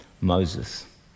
Moses